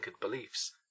beliefs